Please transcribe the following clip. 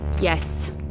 Yes